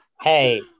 Hey